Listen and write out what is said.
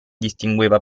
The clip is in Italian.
distingueva